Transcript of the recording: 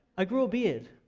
i grew a beard